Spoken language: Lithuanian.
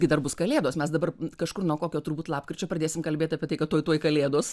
gi dar bus kalėdos mes dabar kažkur nuo kokio turbūt lapkričio pradėsim kalbėt apie tai kad tuoj tuoj kalėdos